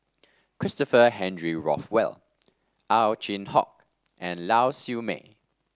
Christopher Henry Rothwell Ow Chin Hock and Lau Siew Mei